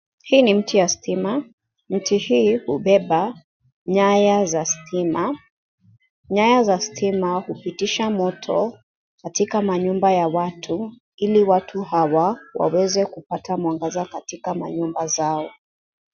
Hii ni mti ya stima, mti hii hubeba nyaya za stima. Nyaya za stima hupitisha moto katika manyumba ya watu ili watu hawa waweze kupata mwangaza katika manyumba zao.